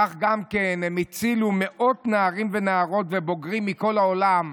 כך גם הם הצילו מאות נערים ונערות ובוגרים מכל העולם,